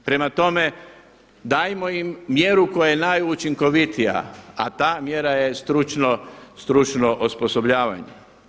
Prema tome, dajmo im mjeru koja je najučinkovitija, a ta mjera je stručno osposobljavanje.